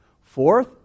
Fourth